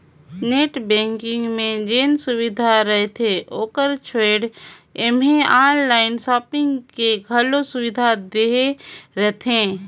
net banking मे जेन सुबिधा रहथे ओकर छोयड़ ऐम्हें आनलाइन सापिंग के घलो सुविधा देहे रहथें